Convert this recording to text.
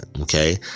okay